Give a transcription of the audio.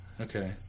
Okay